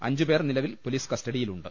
അഞ്ചുപേർ നിലവിൽ പൊലീസ് കസ്റ്റഡിയി ലുണ്ട്